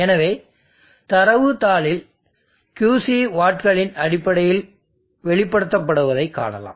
எனவே தரவுத் தாளில் Qc வாட்களின் அடிப்படையில் வெளிப்படுத்தப்படுவதைக் காணலாம்